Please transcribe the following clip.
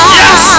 yes